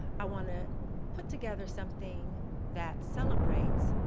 i want to put together something that celebrates